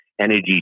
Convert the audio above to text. Energy